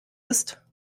ist